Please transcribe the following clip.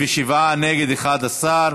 בעד, 57, נגד, 11,